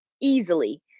easily